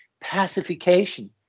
pacification